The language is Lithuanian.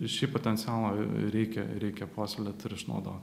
ir šį potencialą reikia reikia puoselėt ir išnaudot